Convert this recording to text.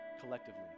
collectively